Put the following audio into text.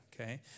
Okay